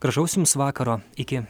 gražaus jums vakaro iki